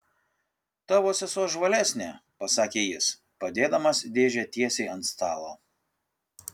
tavo sesuo žvalesnė pasakė jis padėdamas dėžę tiesiai ant stalo